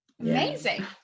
Amazing